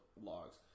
logs